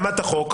למד את החוק,